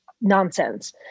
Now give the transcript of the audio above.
nonsense